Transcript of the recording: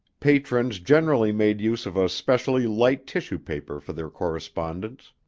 patrons generally made use of a specially light tissue paper for their correspondence.